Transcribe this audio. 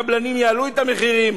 הקבלנים יעלו את המחירים